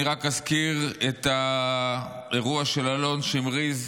אני רק אזכיר את האירוע של אלון שמריז,